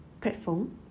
platform